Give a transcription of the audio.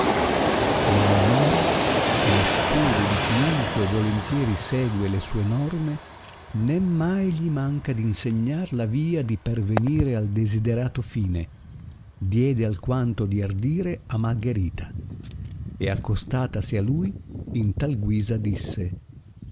ma amore che è scudo di chiunque volontieri segue le sue norme né mai gli manca d insegnar la via di pervenire al desiderato fine diede alquanto di ardire a malgherita e accostatasi a lui in tal guisa disse